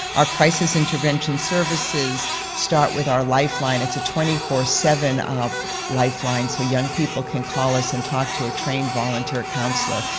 our crisis intervention services start with our lifeline. it's a twenty four seven lifeline, so young people can call us and talk to a trained volunteer counselor,